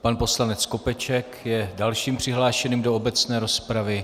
Pan poslanec Skopeček je dalším přihlášeným do obecné rozpravy.